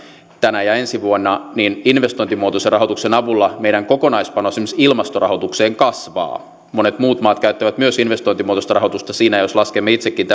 tänä ja ensi vuonna niin investointimuotoisen rahoituksen avulla meidän kokonaispanos esimerkiksi ilmastorahoitukseen kasvaa monet muut maat käyttävät myös investointimuotoista rahoitusta siinä ja jos laskemme itsekin